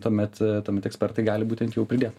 tuomet tuomet ekspertai gali būtent jau pridėt